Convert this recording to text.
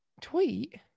tweet